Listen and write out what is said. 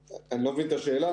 אני לא מבין את השאלה.